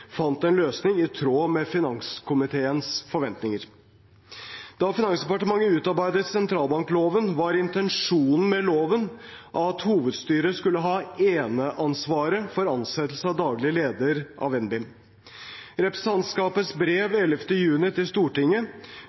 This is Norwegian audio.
fant en løsning i tråd med finanskomiteens forventninger. Da Finansdepartementet utarbeidet sentralbankloven, var intensjonen med loven at hovedstyret skulle ha eneansvaret for ansettelse av daglig leder av NBIM. I representantskapets brev av 11. juni til Stortinget